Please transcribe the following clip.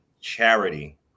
Charity